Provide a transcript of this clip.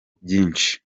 byinshi